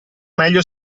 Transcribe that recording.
meglio